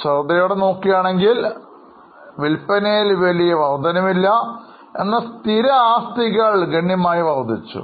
ശ്രദ്ധാപൂർവ്വം നോക്കുകയാണെങ്കിൽ വിൽപ്പനയിൽ വലിയ വർധന ഇല്ല എന്നാൽ സ്ഥിര ആസ്തികൾ ഗണ്യമായി വർദ്ധിച്ചു